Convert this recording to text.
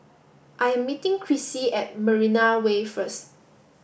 I am meeting Krissy at Marina Way first